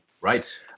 Right